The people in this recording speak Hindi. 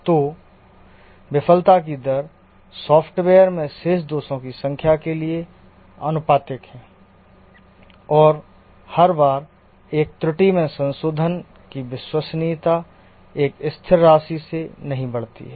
तो विफलता की दर सॉफ्टवेयर में शेष दोषों की संख्या के लिए आनुपातिक है और हर बार एक त्रुटि में संशोधन की विश्वसनीयता एक स्थिर राशि से नहीं बढ़ती है